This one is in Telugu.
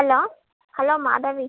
hello hello Madhavi